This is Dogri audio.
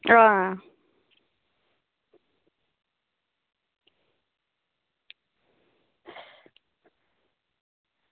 आं